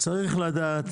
צריך לדעת